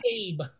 Abe